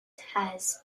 has